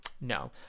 No